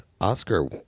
Oscar